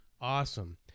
awesome